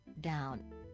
Down